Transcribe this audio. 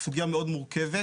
סוגיה מאוד מורכבת,